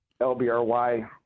LBRY